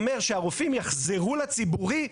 אומר שהרופאים יחזרו לציבורי.